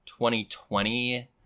2020